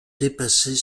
dépasser